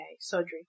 surgery